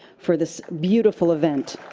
for this beautiful event.